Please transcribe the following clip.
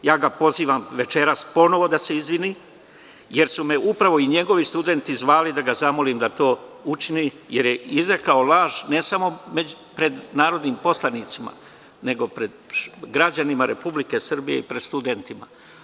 Ja ga pozivam večeras ponovo da se izvini, jer su me upravo njegovi studenti zvali da ga zamolim da to učini, jer je izrekao laž, ne samo pred narodnim poslanicima, nego pred građanima Republike Srbije i pred studentima.